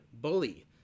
bully